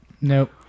Nope